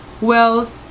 Well